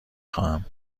خواهم